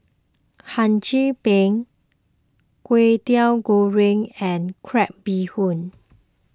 Hum Chim Peng Kway Teow Goreng and Crab Bee Hoon